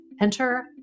Enter